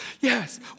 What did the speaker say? yes